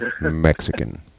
Mexican